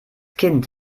kind